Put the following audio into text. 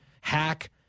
hack